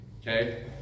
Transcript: okay